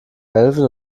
melvin